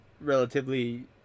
relatively